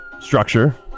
structure